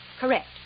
Correct